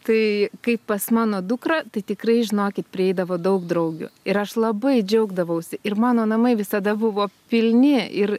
tai kaip pas mano dukrą tai tikrai žinokit prieidavo daug draugių ir aš labai džiaugdavausi ir mano namai visada buvo pilni ir